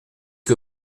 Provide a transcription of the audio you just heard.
que